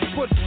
Put